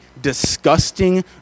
disgusting